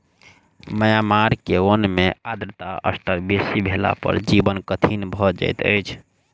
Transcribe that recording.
Myanmar के वन में आर्द्रता स्तर बेसी भेला पर जीवन कठिन भअ जाइत अछि